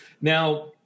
Now